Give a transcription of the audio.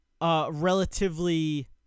relatively